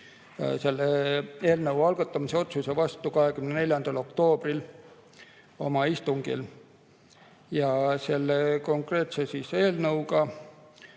selle eelnõu algatamise otsuse vastu 24. oktoobri istungil. Selle konkreetse eelnõuga